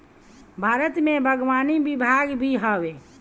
भारत में बागवानी विभाग भी हवे